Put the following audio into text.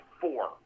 four